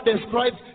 describes